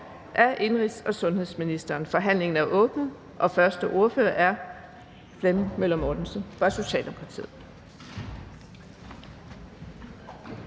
Vind): Vi genoptager mødet. Forhandlingen er åbnet, og første ordfører er Flemming Møller Mortensen fra Socialdemokratiet.